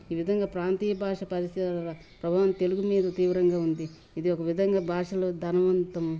ఈ విధంగా ప్రాంతీయ భాష పరిస్థితుల ప్రభావం తెలుగు మీద తీవ్రంగా ఉంది ఇది ఒక విధంగా భాషలో ధన్వంతం